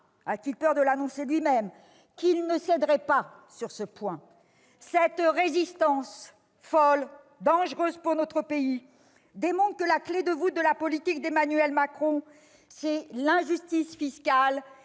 a-t-il peur de l'annoncer lui-même ? -qu'il ne céderait pas sur ce point. Cette résistance folle, dangereuse pour notre pays, démontre que la clef de voûte de la politique d'Emmanuel Macron, c'est l'injustice fiscale